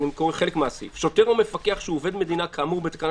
אני קורא חלק מהסעיף "שוטר או מפקח שהוא עובד מדינה כאמור בתקנה